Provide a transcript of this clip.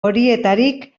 horietarik